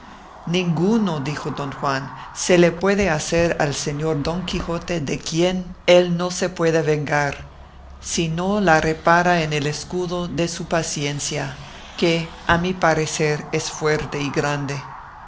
ninguna dijo don juan se le puede hacer al señor don quijote de quien él no se pueda vengar si no la repara en el escudo de su paciencia que a mi parecer es fuerte y grande